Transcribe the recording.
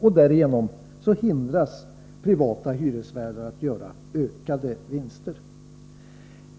Härigenom hindras privata hyresvärdar att göra ökade vinster.